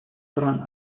стран